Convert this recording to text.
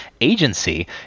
agency